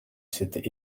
s’était